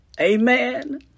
Amen